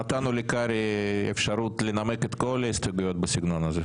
שנתנו לקרעי אפשרות לנמק את כל ההסתייגויות בסגנון הזה.